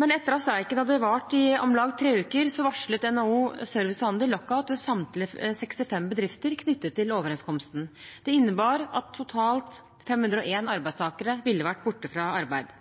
Men etter at streiken hadde vart i om lag tre uker, varslet NHO Service og Handel lockout ved samtlige 65 bedrifter knyttet til overenskomsten. Det innebar at totalt 501 arbeidstakere ville ha vært borte fra arbeid.